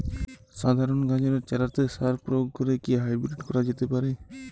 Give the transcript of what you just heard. সাধারণ গাজরের চারাতে সার প্রয়োগ করে কি হাইব্রীড করা যেতে পারে?